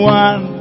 one